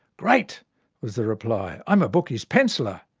great was the reply. i'm a bookie's penciller.